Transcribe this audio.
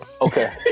okay